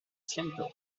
siento